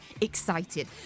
excited